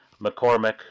McCormick